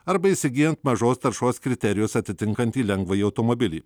arba įsigyjant mažos taršos kriterijus atitinkantį lengvąjį automobilį